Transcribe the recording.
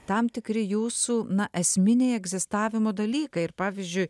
tam tikri jūsų na esminiai egzistavimo dalykai ir pavyzdžiui